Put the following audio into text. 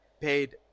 paid